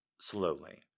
slowly